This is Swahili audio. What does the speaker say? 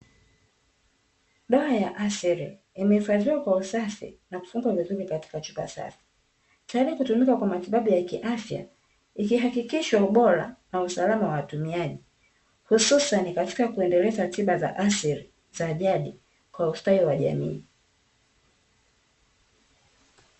Dawa ya asili imehifadhiwa kwa usafi na kufungwa vizuri katika chupa safi, tayari kutumika kwa matibabu ya kiafya, ikihakikishwa ubora na usalama kwa watumiaji; hususani katika kuendeleza tiba za asili za jadi kwa ustawi wa jamii.